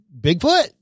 Bigfoot